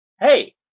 hey